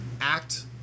act